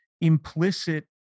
implicit